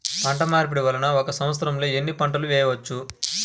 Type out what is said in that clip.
పంటమార్పిడి వలన ఒక్క సంవత్సరంలో ఎన్ని పంటలు వేయవచ్చు?